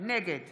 נגד